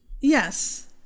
Yes